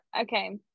okay